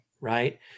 right